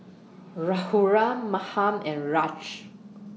Raghuram Mahan and Raj